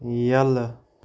یلہٕ